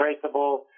traceable